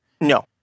No